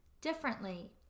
differently